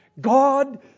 God